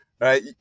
right